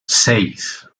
seis